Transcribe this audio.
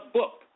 book